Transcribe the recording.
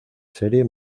serie